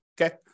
Okay